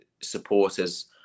supporters